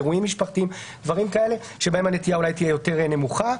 אירועים משפחתיים - שבהם הנטייה תהיה יותר נמוכה.